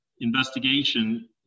investigation